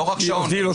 תראו את ההבדלים.